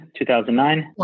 2009